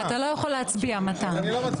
יכול להצביע, מתן.